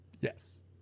Yes